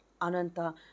Ananta